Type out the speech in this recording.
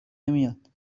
نمیاد